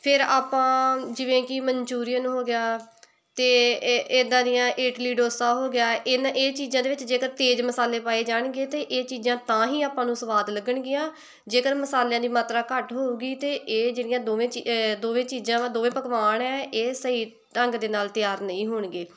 ਫਿਰ ਆਪਾਂ ਜਿਵੇਂ ਕਿ ਮਨਚੂਰੀਅਨ ਹੋ ਗਿਆ ਅਤੇ ਏ ਇੱਦਾਂ ਦੀਆਂ ਇਡਲੀ ਡੋਸਾ ਹੋ ਗਿਆ ਇਨ ਇਹ ਚੀਜ਼ਾਂ ਦੇ ਵਿੱਚ ਜੇਕਰ ਤੇਜ਼ ਮਸਾਲੇ ਪਾਏ ਜਾਣਗੇ ਤਾਂ ਇਹ ਚੀਜ਼ਾਂ ਤਾਂ ਹੀ ਆਪਾਂ ਨੂੰ ਸਵਾਦ ਲੱਗਣਗੀਆਂ ਜੇਕਰ ਮਸਾਲਿਆਂ ਦੀ ਮਾਤਰਾ ਘੱਟ ਹੋਵੇਗੀ ਤਾਂ ਇਹ ਜਿਹੜੀਆਂ ਦੋਵੇਂ ਚੀ ਦੋਵੇਂ ਚੀਜ਼ਾਂ ਵਾ ਦੋਵੇਂ ਪਕਵਾਨ ਆ ਇਹ ਸਹੀ ਢੰਗ ਦੇ ਨਾਲ ਤਿਆਰ ਨਹੀਂ ਹੋਣਗੇ